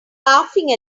laughing